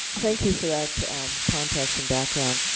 thank you for that context and background.